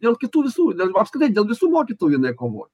dėl kitų visų dėl apskritai dėl visų mokytojų jinai kovoja